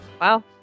wow